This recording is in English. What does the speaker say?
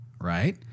right